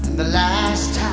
the last